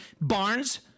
Barnes